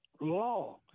law